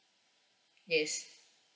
yes